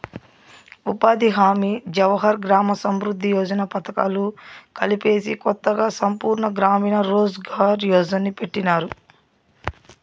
ఉపాధి హామీ జవహర్ గ్రామ సమృద్ది యోజన పథకాలు కలిపేసి కొత్తగా సంపూర్ణ గ్రామీణ రోజ్ ఘార్ యోజన్ని పెట్టినారు